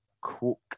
Cook